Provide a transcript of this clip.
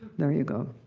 there you go.